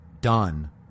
done